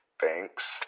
thanks